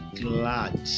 glad